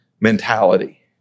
mentality